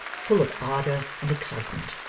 full of ardour and excitement.